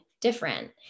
different